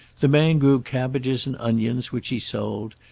the man grew cabbages and onions, which he sold,